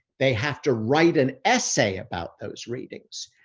they have to write an essay about those readings.